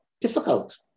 difficult